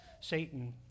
Satan